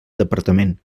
departament